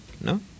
No